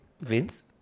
Vince